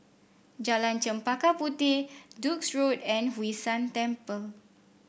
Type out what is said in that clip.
Jalan Chempaka Puteh Duke's Road and Hwee San Temple